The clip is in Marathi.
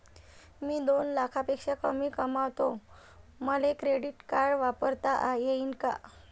मी दोन लाखापेक्षा कमी कमावतो, मले क्रेडिट कार्ड वापरता येईन का?